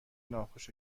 ناخوش